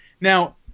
Now